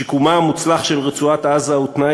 שיקומה המוצלח של רצועת-עזה הוא תנאי